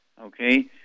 okay